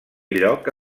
lloc